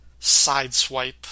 Sideswipe